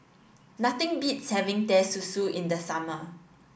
nothing beats having Teh Susu in the summer